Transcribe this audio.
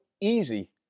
easy